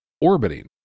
orbiting